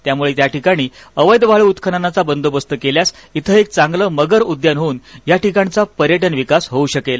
त्यामुळे या ठिकाणी अवद्द वाळू उत्तखननाचा बंदोबस्त केल्यास भें एक चांगलं मगर उद्यान होऊन या ठिकाणचा पर्यटन विकास होऊ शकेल